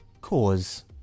Cause